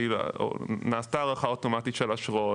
נעשתה הארכה אוטומטית של אשרות.